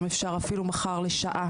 אם אפשר אפילו מחר לשעה,